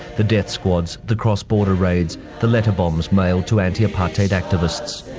the death squads, the cross border raids, the letter bombs mailed to anti-apartheid activists.